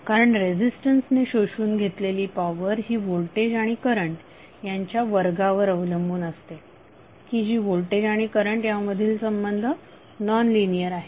कारण रेझिस्टन्सने शोषून घेतलेली पॉवर ही व्होल्टेज आणि करंट यांच्या वर्गावर अवलंबून असते की जी व्होल्टेज आणि करंट यांमधील संबंध नॉनलिनियर आहे